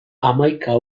hamaika